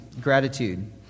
gratitude